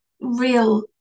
real